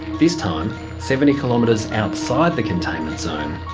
this time seventy kilometres outside the containment zone.